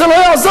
זה לא יעזור.